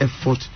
effort